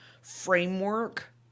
framework